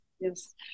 Yes